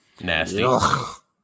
Nasty